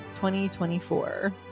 2024